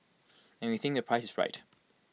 and we think the price is right